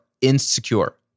insecure